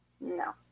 No